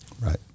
Right